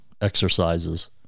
exercises